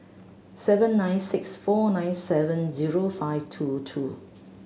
seven nine six four nine seven zero five two two